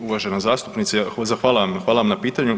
Pa uvažena zastupnice hvala vam na pitanju.